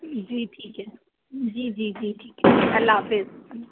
جی ٹھیک ہے جی جی جی ٹھیک ہے اللہ حافظ